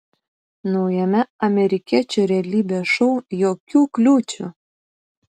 naujame amerikiečių realybės šou jokių kliūčių